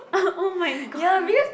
oh my god